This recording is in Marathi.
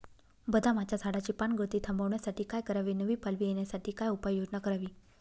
बदामाच्या झाडाची पानगळती थांबवण्यासाठी काय करावे? नवी पालवी येण्यासाठी काय उपाययोजना करावी?